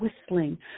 whistling